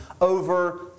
over